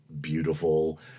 beautiful